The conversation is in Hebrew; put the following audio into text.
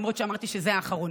למרות שאמרתי שזה האחרון.